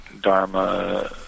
Dharma